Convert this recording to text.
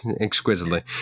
exquisitely